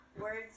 Words